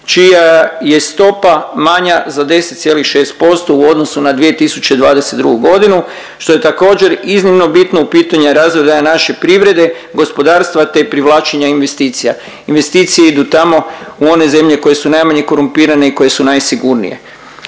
čija je stopa manja za 10,6% u odnosu na 2022. g., što je također, iznimno bitno, u pitanju je .../Govornik se ne razumije./... naše privrede, gospodarstva te privlačenja investicija. Investicije idu tamo u one zemlje koje su najmanje korumpirane i koje su najsigurnije.